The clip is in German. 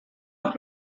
auch